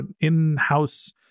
in-house